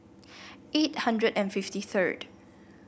eight hundred and fifty third